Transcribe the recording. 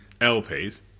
LPs